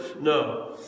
No